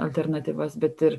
alternatyvas bet ir